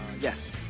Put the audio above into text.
yes